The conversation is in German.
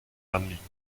anliegen